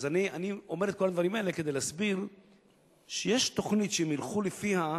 אז אני אומר את כל הדברים האלה כדי להסביר שיש תוכנית שאם ילכו לפיה,